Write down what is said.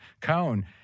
Cone